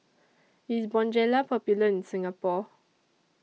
IS Bonjela Popular in Singapore